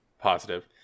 positive